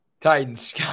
Titans